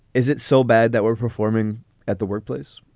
is it so bad that we're performing at the workplace?